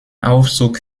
aufzug